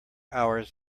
hours